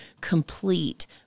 complete